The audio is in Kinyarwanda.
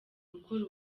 gukora